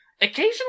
occasionally